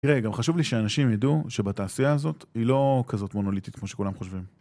תראה, גם חשוב לי שאנשים ידעו שבתעשייה הזאת היא לא כזאת מונוליטית כמו שכולם חושבים.